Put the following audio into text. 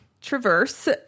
traverse